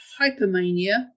hypermania